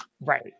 Right